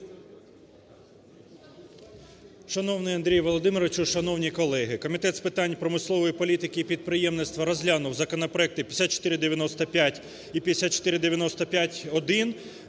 Шановний Андрій Володимирович, шановні колеги! Комітет з питань промислової політики і підприємництва розглянув законопроекти 5495 і 5495-1.